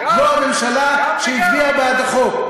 לא הממשלה שהצביעה בעד החוק.